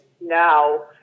now